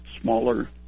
smaller